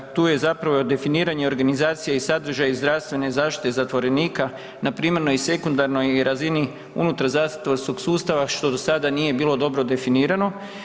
Tu je definiranje organizacija i sadržaj zdravstvene zaštite zatvorenika na primarnoj i sekundarnoj razini unutar zdravstvenog sustava što do sada nije bilo dobro definirano.